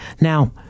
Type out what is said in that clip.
Now